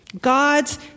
God's